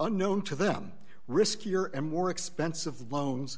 unknown to them riskier and more expensive loans